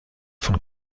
von